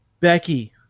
Becky